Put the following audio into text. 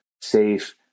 safe